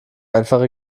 einfach